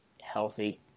healthy